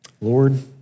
Lord